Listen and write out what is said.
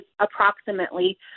approximately